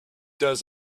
does